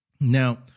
Now